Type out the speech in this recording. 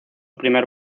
primer